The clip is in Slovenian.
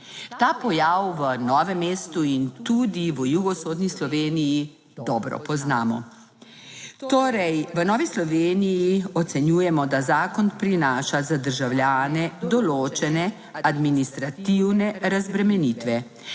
Ta pojav v Novem mestu in tudi v jugovzhodni Sloveniji dobro poznamo. Torej, v Novi Sloveniji ocenjujemo, da zakon prinaša za državljane določene administrativne razbremenitve,